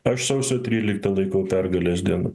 aš sausio tryliktą laikau pergalės diena